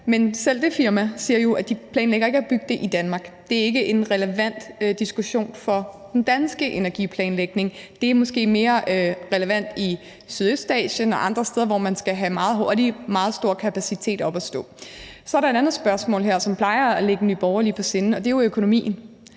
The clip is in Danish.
Men selv det firma siger jo, at de ikke planlægger at bygge det i Danmark. Det er ikke en relevant diskussion for den danske energiplanlægning. Det er måske mere relevant i Sydøstasien og andre steder, hvor man meget hurtigt skal have en meget stor kapacitet op at stå. Så er der et andet spørgsmål her, som plejer at ligge Nye Borgerlige på sinde, og det er økonomien.